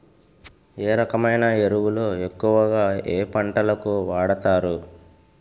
ఏ రకమైన ఎరువులు ఎక్కువుగా ఏ పంటలకు వాడతారు?